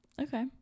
okay